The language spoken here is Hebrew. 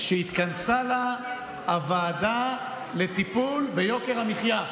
כשהתכנסה לה הוועדה לטיפול ביוקר המחיה?